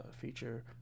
feature